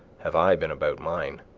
have i been about mine!